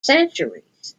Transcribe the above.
centuries